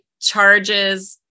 charges